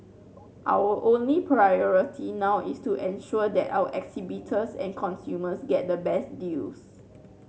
our only priority now is to ensure that our exhibitors and consumers get the best deals